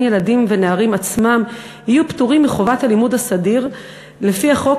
ילדים ונערים עצמם יהיו פטורים מחובת הלימוד הסדיר לפי החוק,